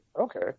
Okay